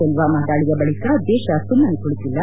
ಪುಲ್ಲಾಮ ದಾಳಿಯ ಬಳಿಕ ದೇಶ ಸುಮ್ಮನೆ ಕುಳಿತಿಲ್ಲ